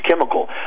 chemical